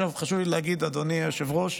חשוב לי להגיד, אדוני היושב-ראש,